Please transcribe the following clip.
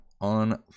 on